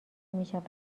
میشود